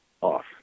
off